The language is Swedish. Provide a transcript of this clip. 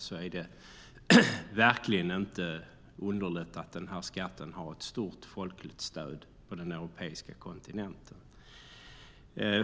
Det är verkligen inte underligt att denna skatt har ett starkt folkligt stöd på den europeiska kontinenten.